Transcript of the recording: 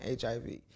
HIV